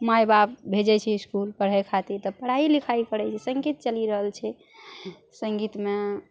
माय बाप भेजय छै इसकुलमे पढ़य खातिर तऽ पढ़ाइ लिखाइ करय छै सङ्गीत चलि रहल छै सङ्गीतमे